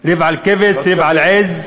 ריב על כבש, ריב על עז?